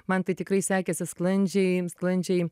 man tai tikrai sekėsi sklandžiai sklandžiai